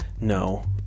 No